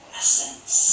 essence